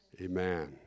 Amen